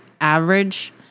average